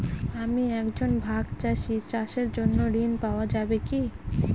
আমি একজন ভাগ চাষি চাষের জন্য ঋণ পাওয়া যাবে কি?